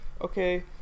okay